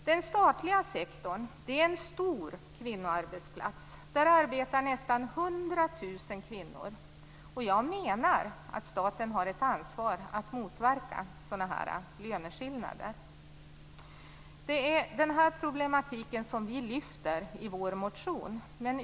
Den statliga sektorn är en stor kvinnoarbetsplats. Där arbetar nästan 100 000 kvinnor. Jag menar att staten har ett ansvar för att motverka sådana här löneskillnader. Detta är den problematik som vi lyfter fram i vår motion.